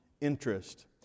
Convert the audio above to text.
interest